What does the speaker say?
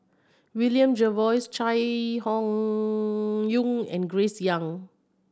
William Jervois Chai Hon Yoong and Grace Young